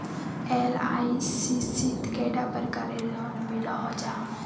LIC शित कैडा प्रकारेर लोन मिलोहो जाहा?